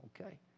Okay